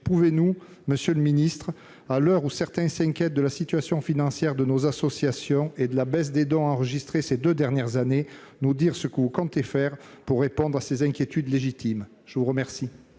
nos trésors associatifs. À l'heure où certains s'inquiètent de la situation financière de nos associations et de la baisse des dons enregistrés ces deux dernières années, pouvez-vous nous dire ce que vous comptez faire pour répondre à ces inquiétudes légitimes ? La parole